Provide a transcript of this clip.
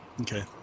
okay